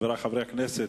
חברי חברי הכנסת,